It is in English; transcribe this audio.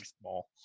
small